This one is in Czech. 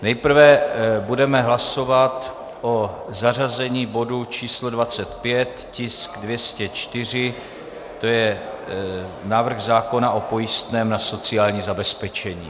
Nejprve budeme hlasovat o zařazení bodu číslo 25, tisk 204, to je návrh zákona o pojistném na sociální zabezpečení.